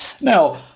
Now